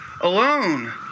alone